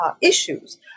issues